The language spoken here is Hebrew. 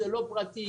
לא פרטי,